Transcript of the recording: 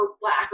black